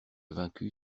vaincu